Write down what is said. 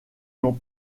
n’ont